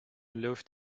läuft